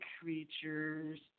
Creatures